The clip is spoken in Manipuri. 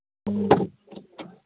ꯎꯝ